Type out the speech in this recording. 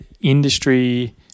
industry